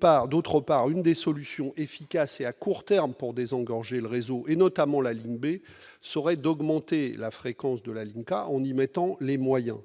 Par ailleurs, l'une des solutions efficaces et à court terme qui permettrait de désengorger le réseau et, notamment, la ligne B serait d'augmenter la fréquence de la ligne K, ce qui requiert des moyens.